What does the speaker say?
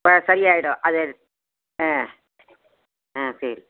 அப்போ சரியாகிடும் அது ஆ ஆ சரி